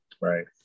Right